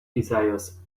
desires